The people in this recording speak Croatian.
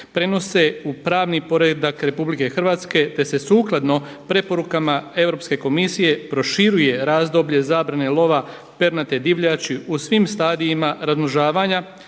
prenose u pravni poredak Republike Hrvatske te se sukladno preporukama Europske komisije proširuje razdoblje zabrane lova pernate divljači u svim stadijima razmnožavanja,